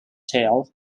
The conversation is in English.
tail